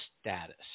status